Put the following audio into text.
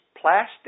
plastic